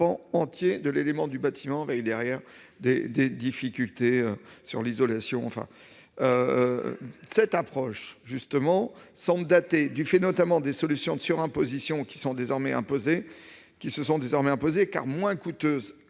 entier de l'élément du bâtiment, avec des difficultés en matière d'isolation. Cette approche semble datée, du fait notamment des solutions de surimposition qui se sont désormais imposées, car elles sont